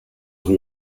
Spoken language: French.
rue